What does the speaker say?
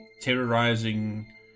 terrorizing